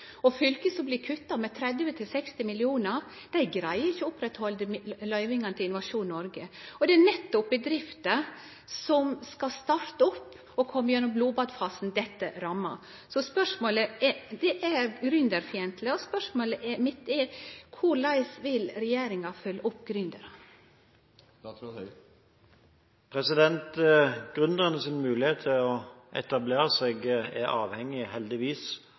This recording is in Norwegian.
Fylke som blir kutta med 30–60 mill. kr, greier ikkje å oppretthalde løyvingane til Innovasjon Noreg, og det er nettopp bedrifter som skal starte opp, og kome gjennom «blodbadfasen», dette rammar. Det er gründerfiendtleg. Så spørsmålet mitt er: Korleis vil regjeringa følgje opp gründerar? Gründernes mulighet til å etablere seg er avhengig – heldigvis